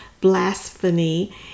blasphemy